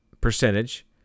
percentage